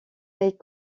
est